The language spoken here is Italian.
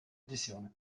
edizione